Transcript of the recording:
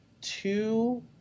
two